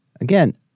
Again